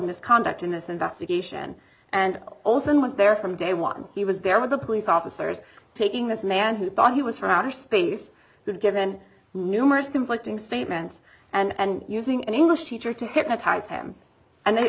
misconduct in this investigation and also in was there from day one he was there with the police officers taking this man who thought he was from outer space given numerous conflicting statements and using an english teacher to hypnotize him and the